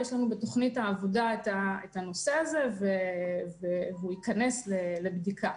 יש לנו בתוכנית העבודה את הנושא הזה והוא ייכנס לבדיקה.